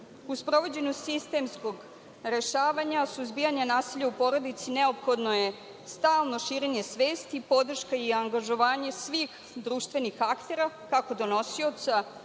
sprovođenju sistemskog rešavanja, suzbijanja nasilja u porodici neophodno je stalno širenje svesti, podrška i angažovanje svih društvenih aktera, kako donosioca